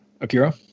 Akira